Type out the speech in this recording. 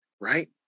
right